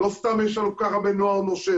לא סתם יש לנו כל כך הרבה נוער נושר.